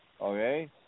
Okay